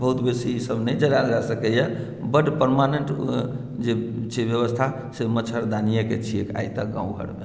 बहुत बेसी ई सभ नहि जराएल जा सकैयाऽ बड परमानेन्ट जे छै व्यवस्था से मच्छड़दानियेके छियै आइ तक गाँव घरमे